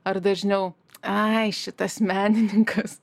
ar dažniau ai šitas menininkas